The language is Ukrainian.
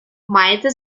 маєте